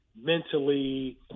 mentally